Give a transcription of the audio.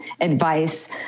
advice